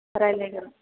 रायलायगोन